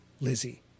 Lizzie